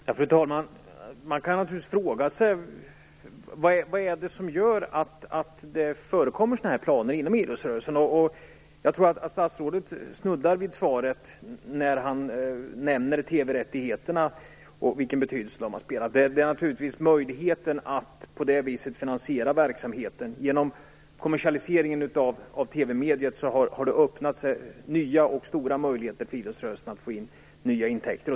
Fru talman! Man kan naturligtvis fråga sig varför det förekommer sådana här planer inom idrottsrörelsen. Jag tror att statsrådet snuddar vid svaret när han nämner TV-rättigheterna och vilken betydelse de har haft. Man har möjlighet att på detta sätt finansiera verksamheten. Genom kommersialiseringen av TV mediet har det öppnat sig nya och stora möjligheter för idrottsrörelsen att få in nya intäkter.